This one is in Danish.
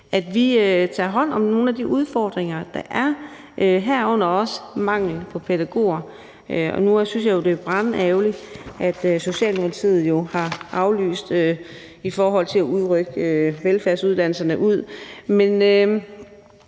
at vi tager hånd om nogle af de udfordringer, der er, herunder også manglen på pædagoger. Nu synes jeg jo, at det er brandærgerligt, at Socialdemokratiet har aflyst det med at rykke velfærdsuddannelserne ud.